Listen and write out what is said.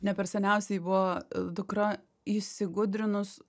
ne per seniausiai buvo dukra įsigudrinus